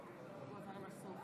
הגיוס לצה"ל.